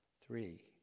Three